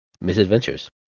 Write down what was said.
misadventures